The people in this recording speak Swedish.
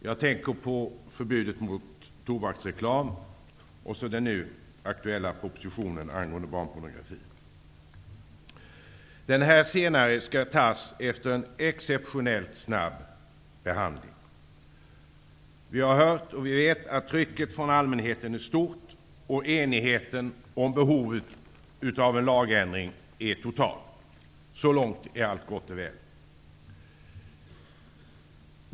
Jag tänker på förbudet mot tobaksreklam och på den nu aktuella propositionen angående barnpornografi. Det senare ärendet skall det fattas beslut om efter en exeptionellt snabb behandling. Vi har hört och vi vet att trycket från allmänheten är stort och enigheten om behovet av en lagändring är total. Så långt är allt gott och väl.